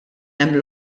hemm